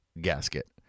gasket